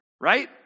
right